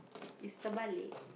is the balik